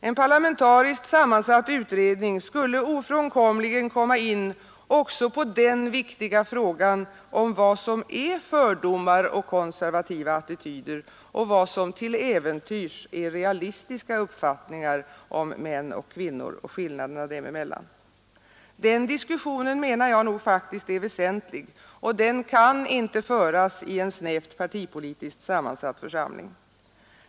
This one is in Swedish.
En parlamentariskt sammansatt utredning skulle ofrånkomligen komma in också på den viktiga frågan om vad som är fördomar och konservativa attityder och vad som till äventyrs är realistiska uppfattningar om män och kvinnor. Den diskussionen är väsentlig och kan inte föras i en snävt partipolitiskt sammansatt församling.